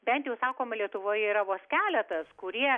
bent jau sakoma lietuvoje yra vos keletas kurie